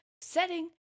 setting